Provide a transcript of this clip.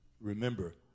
remember